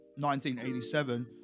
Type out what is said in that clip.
1987